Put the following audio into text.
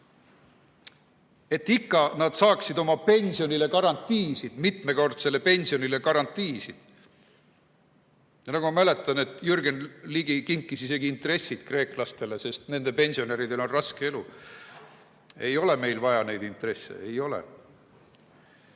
et nad saaksid oma pensionile garantiisid, mitmekordsele pensionile garantiisid. Nagu ma mäletan, Jürgen Ligi kinkis isegi intressid kreeklastele, sest nende pensionäridel on raske elu. Ei ole meil vaja neid intresse, ei ole. Ja